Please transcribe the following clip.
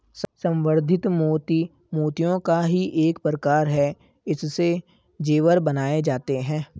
संवर्धित मोती मोतियों का ही एक प्रकार है इससे जेवर बनाए जाते हैं